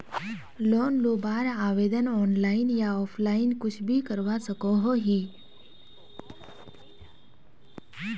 Loan लुबार आवेदन online या ऑफलाइन कुछ भी करवा सकोहो ही?